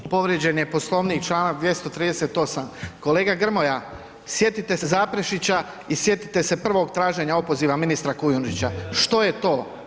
Povrijeđen je Poslovnik, Članak 238., kolega Grmoja sjetite se Zaprešića i sjetite se prvog traženja opoziva ministra Kujundžića, što je to?